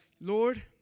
Lord